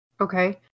Okay